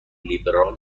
لیبرال